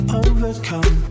overcome